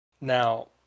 Now